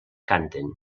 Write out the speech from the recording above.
canten